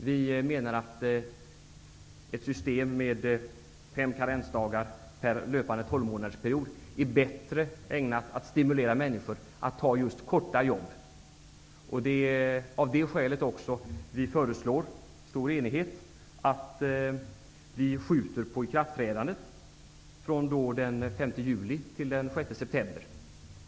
Vi menar att ett system med fem karensdagar per löpande tolvmåndadersperiod är bättre ägnat att stimulera människor att ta just kortvariga jobb. Det är av det skälet som vi också i stor enighet föreslår att ikraftträdandet skjuts framåt, från den 5 juli till den 6 september.